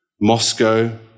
Moscow